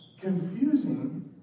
confusing